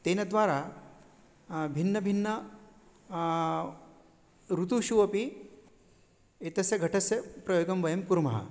तेन द्वारा भिन्नभिन्न ऋतुषु अपि एतस्य घटस्य प्रयोगं वयं कुर्मः